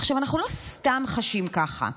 עכשיו, אנחנו לא סתם חשים ככה.